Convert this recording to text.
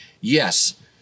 Yes